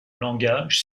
langage